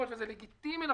וזה לגיטימי לחלוטין,